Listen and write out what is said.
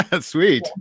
Sweet